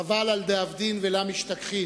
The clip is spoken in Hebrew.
חבל על דאבדין ולא משתכחין,